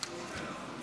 כבוד היושב-ראש,